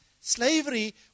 slavery